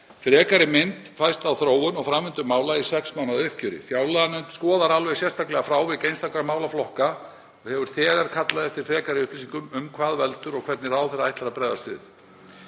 Frekari mynd fæst á þróun og framvindu mála í sex mánaða uppgjöri. Fjárlaganefnd skoðar alveg sérstaklega frávik einstakra málaflokka og hefur þegar kallað eftir frekari upplýsingum um hvað veldur og hvernig ráðherra ætlar að bregðast